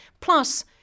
Plus